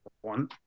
one